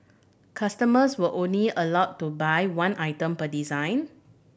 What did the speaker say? customers were only allowed to buy one item per design